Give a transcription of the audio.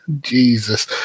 Jesus